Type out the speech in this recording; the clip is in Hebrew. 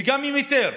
וגם עם היתר.